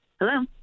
Hello